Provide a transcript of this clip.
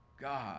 God